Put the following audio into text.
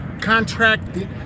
contracted